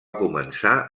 començar